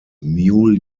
mule